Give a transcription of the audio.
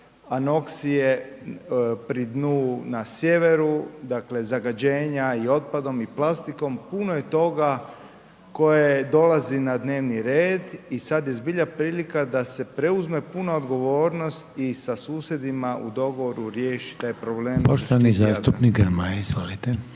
anoksije pri dnu na sjeveru, dakle, zagađenja i otpadom i plastikom, puno je toga koje dolazi na dnevni red i sad je zbilja prilika da se preuzme puna odgovornost i sa susjedima u dogovoru riješi taj problem …/Upadica: Poštovani zastupnik…/… …/Govornik